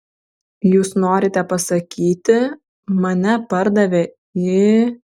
jūs norite pasakyti mane pardavė į